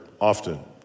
often